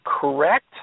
correct